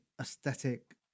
aesthetic